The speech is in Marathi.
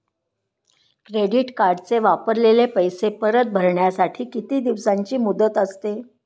क्रेडिट कार्डचे वापरलेले पैसे परत भरण्यासाठी किती दिवसांची मुदत असते?